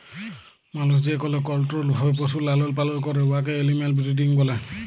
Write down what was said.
মালুস যেকল কলট্রোল্ড ভাবে পশুর লালল পালল ক্যরে উয়াকে এলিম্যাল ব্রিডিং ব্যলে